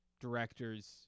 directors